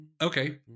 Okay